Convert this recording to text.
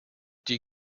die